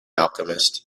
alchemist